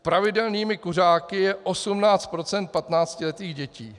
Pravidelnými kuřáky je 18 % patnáctiletých dětí.